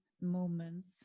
moments